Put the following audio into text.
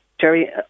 Jerry